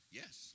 yes